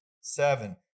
seven